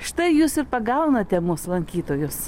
štai jūs ir pagaunate mūsų lankytojus